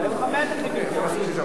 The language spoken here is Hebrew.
אני יושב המון שעות כאן ומנהל ישיבות,